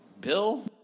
Bill